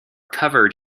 covered